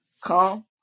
come